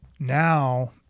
Now